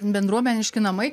bendruomeniški namai